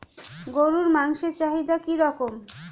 গরুর মাংসের চাহিদা কি রকম?